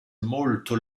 molto